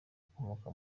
ukomoka